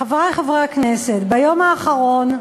חברי חברי הכנסת, ביום האחרון,